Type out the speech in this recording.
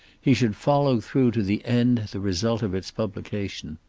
he should follow through to the end the result of its publication.